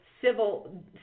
civil